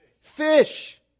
Fish